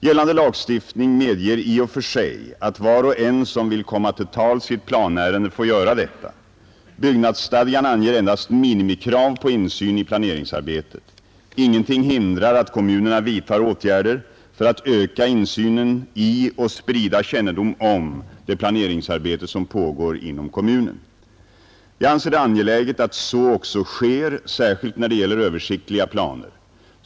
Gällande lagstiftning medger i och för sig att var och en som vill komma till tals i ett planärende får göra detta. Byggnadsstadgan anger endast minimikrav på insyn i planeringsarbetet. Ingenting hindrar att kommunerna vidtar åtgärder för att öka insynen i och sprida kännedom om det planeringsarbete som pågår inom kommunen. Jag anser det angeläget att så också sker, särskilt när det gäller översiktliga planer.